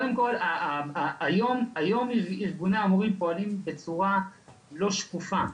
היום ארגוני המורים פועלים בצורה לא שקופה,